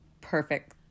perfect